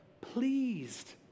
pleased